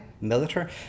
military